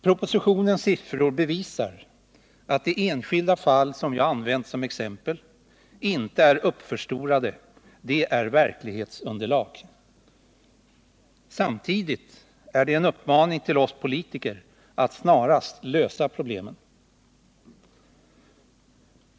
Propositionens siffror bevisar att de enskilda fall som jag använt som exempel inte är extrema, de är verklighetsunderlag. Samtidigt är de en uppmaning till oss politiker att snarast lösa problemen.